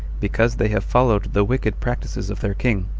because they have followed the wicked practices of their king,